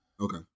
Okay